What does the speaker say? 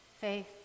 faith